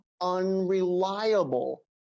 unreliable